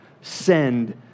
send